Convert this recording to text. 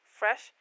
fresh